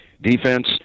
defense